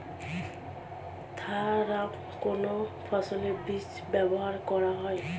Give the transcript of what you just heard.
Thiram কোন ফসলের বীজে ব্যবহার করা হয়?